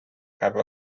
have